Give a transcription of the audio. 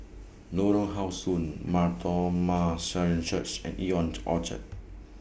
Lorong How Sun Mar Thoma Syrian Church and Ion Orchard